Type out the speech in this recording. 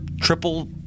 triple –